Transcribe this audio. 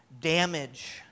damage